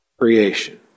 creation